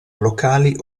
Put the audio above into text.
locali